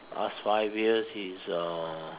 past five years is uh